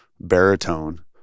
baritone